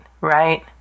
Right